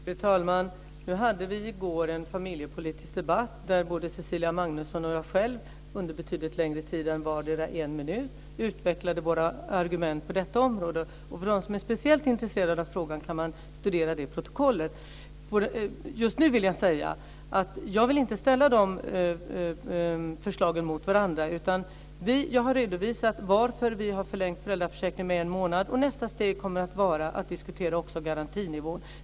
Fru talman! Vi hade en familjepolitisk debatt i går där både Cecilia Magnusson och jag själv under betydligt längre tid än en minut vardera utvecklade våra argument på detta område. Och de som är speciellt intresserade av frågan kan studera det protokollet. Just nu vill jag säga att jag inte vill ställa dessa förslag mot varandra. Jag har redovisat varför vi har förlängt föräldraförsäkringen med en månad. Nästa steg kommer att vara att diskutera också garantinivån.